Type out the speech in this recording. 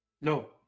No